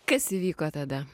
kas įvyko tada